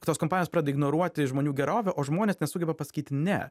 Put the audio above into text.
tos kompanijos pradeda ignoruoti žmonių gerovę o žmonės nesugeba pasakyti ne